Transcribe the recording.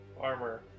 armor